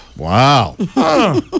Wow